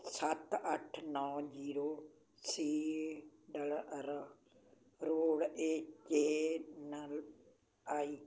ਸੱਤ ਅੱਠ ਨੌਂ ਜੀਰੋ ਸੀਡਲਅਰ ਰੋੜ ਏ ਜੇ ਚੇਨਈ